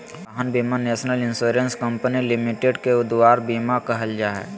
वाहन बीमा national insurance company limited के दुआर बीमा कहल जाहइ